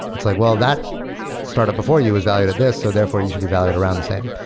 it's like, well, that startup before you was valued at this. so therefore you should be valued around the same.